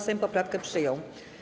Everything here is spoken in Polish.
Sejm poprawkę przyjął.